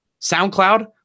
SoundCloud